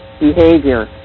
behavior